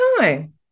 time